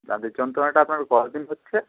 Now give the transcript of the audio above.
দাঁতের যন্ত্রণাটা আপনার কদিন হচ্ছে